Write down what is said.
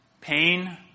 pain